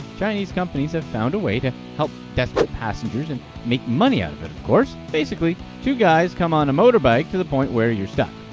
chinese companies have found a way to help desperate passengers, and make money out of it of course! basically, two guys come on a motorbike to the point where you're stuck.